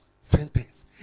sentence